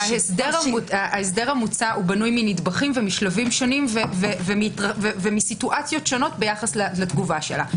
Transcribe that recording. ההסדר המוצע בנוי מנדבכים ומשלבים שונים וממצבים שונים ביחס לתגובה שלה.